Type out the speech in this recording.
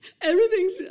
everything's